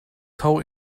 tau